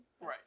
Right